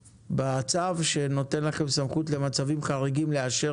בצו שנותן לכם סמכות לאשר ייבוא במצבים חריגים,